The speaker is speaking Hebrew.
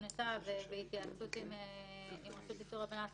"חברה בעלת רישיון זירה" זו תוספת לעומת